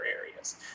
areas